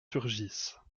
surgissent